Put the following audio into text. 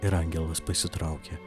ir angelas pasitraukė